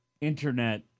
internet